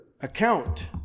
account